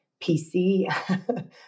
PC